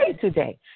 today